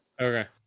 Okay